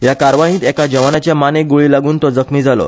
ह्या कारवायेंत एका जवानाच्या मानेक गुळी लागुन तो जखमी जालो